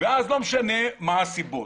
משנה מה הסיבות.